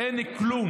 אין לי כלום.